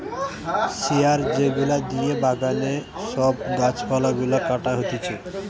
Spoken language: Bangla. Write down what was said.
শিয়ার যেগুলা দিয়ে বাগানে সব গাছ পালা গুলা ছাটা হতিছে